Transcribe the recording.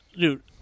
Dude